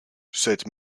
cette